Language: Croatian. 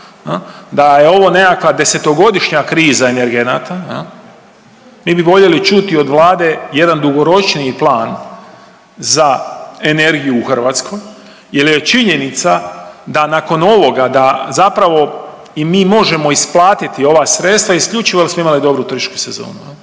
da je ovo nekakva 10-godišnja kriza energenata jel, mi bi volili čuti od vlade jedan dugoročniji plan za energiju u Hrvatskoj jel je činjenica da nakon ovoga da zapravo i mi možemo isplatiti ova sredstva isključivo jel smo imali dobru turističku sezonu